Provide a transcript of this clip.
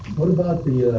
about the